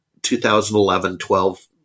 2011-12